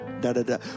da-da-da